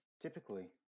typically